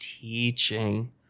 teaching